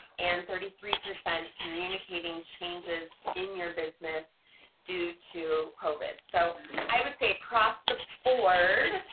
and thirty three percent communicating changes in your business due to covid. so i would say across the board